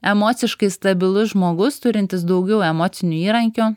emociškai stabilus žmogus turintis daugiau emocinių įrankių